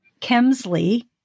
Kemsley